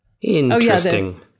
Interesting